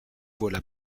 voilà